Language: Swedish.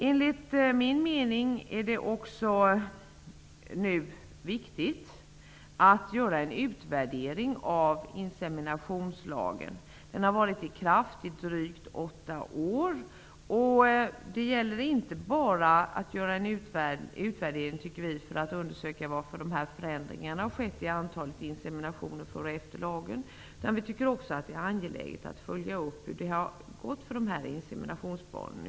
Enligt min mening är det också viktigt att göra en utvärdering av inseminationslagen. Den har nu varit i kraft i drygt åtta år. Men det gäller inte bara att göra en utvärdering för att undersöka varför förändringarna i antalet seminationer har skett. Det är också angeläget att följa upp hur det har gått för inseminationsbarnen.